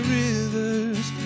rivers